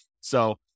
So-